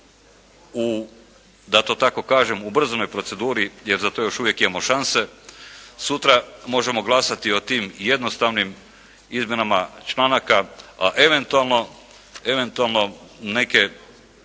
da to tako kažem u ubrzanoj proceduri jer za to još uvijek imamo šanse. Sutra možemo glasati o tim jednostavnim izmjenama članaka, a eventualno,